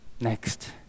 next